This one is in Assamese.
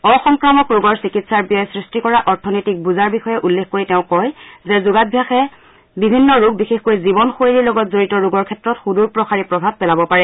অসংক্ৰামক ৰোগৰ চিকিৎসাৰ ব্যয়ে সৃষ্টি কৰা অৰ্থনৈতিক বোজাৰ বিষয়ে উল্লেখ কৰি তেওঁ কয় যে যোগ্যভ্যাসে বিভিন্ন ৰোগ বিশেষকৈ জীৱনশৈলীৰ লগত জৰিত বিভিন্ন ৰোগৰ ক্ষেত্ৰত সুদূৰ প্ৰসাৰী প্ৰভাৱ পেলাব পাৰে